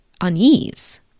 unease